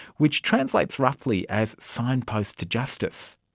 which translates roughly as signpost to justice.